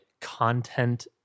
content